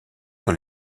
sur